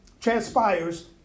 transpires